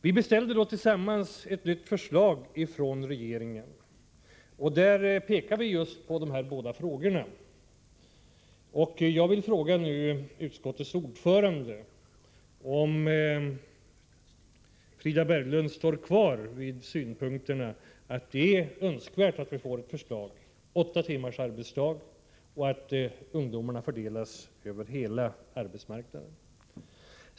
Vi beställde ett nytt förslag från regeringen. Vi pekade på dessa båda frågor. Jag vill nu fråga utskottets ordförande Frida Berglund, om hon står fast vid synpunkterna att det är önskvärt att vi får fram ett förslag om åtta timmars arbetsdag och att det sker en fördelning över hela arbetsmarknaden.